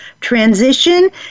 transition